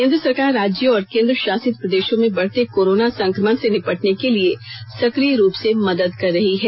केंद्र सरकार राज्यों और केन्द्रशासित प्रदेशों में बढ़ते कोरोना संक्रमण से निपटने के लिए सक्रिय रूप से मदद कर रही है